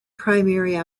primary